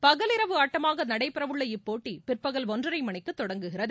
பகல் இரவு ஆட்டமாக நடைபெறவுள்ள இப்போட்டி பிற்பகல் ஒன்றரை மணிக்கு தொடங்குகிறது